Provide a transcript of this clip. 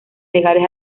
legales